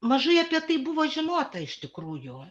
mažai apie tai buvo žinota iš tikrųjų